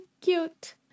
Cute